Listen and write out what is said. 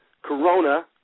Corona